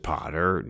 Potter